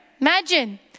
Imagine